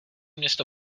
město